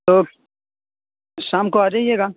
تو شام کو آ جائیے گا